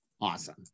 Awesome